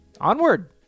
Onward